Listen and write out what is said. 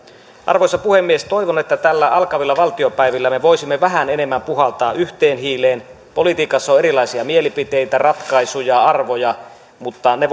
arvoisa puhemies toivon että näillä alkavilla valtiopäivillä me voisimme vähän enemmän puhaltaa yhteen hiileen politiikassa on erilaisia mielipiteitä ratkaisuja arvoja mutta ne